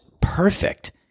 perfect